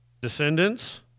Descendants